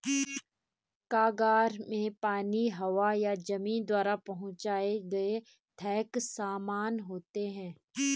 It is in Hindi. कार्गो में पानी, हवा या जमीन द्वारा पहुंचाए गए थोक सामान होते हैं